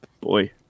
boy